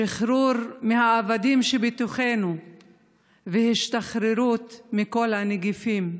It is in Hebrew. שחרור מהעבדים שבתוכנו והשתחררות מכל הנגיפים.